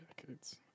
decades